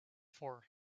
four